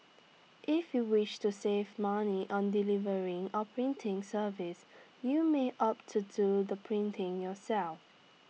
if you wish to save money on delivery or printing service you may opt to do the printing yourself